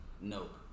Nope